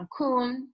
Cancun